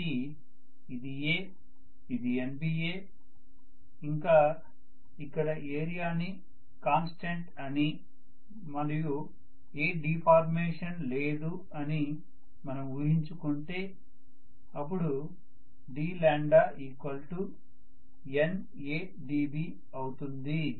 కాబట్టి ఇది A ఇది NBA ఇంకా ఇక్కడ ఏరియా ని కాన్స్టెంట్ అని మరియు ఏ డిఫార్మేషన్ లేదు అని మనము ఊహించుకుంటే అపుడు dNAdB అవుతుంది